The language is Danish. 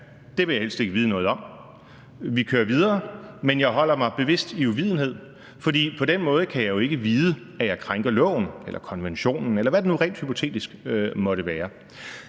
det vil jeg helst ikke vide noget om; vi kører videre, men jeg holder mig bevidst i uvidenhed, for på den måde kan jeg jo ikke vide, at jeg krænker loven, konventionen, eller hvad det nu rent hypotetisk måtte være?